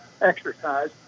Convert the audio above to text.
exercise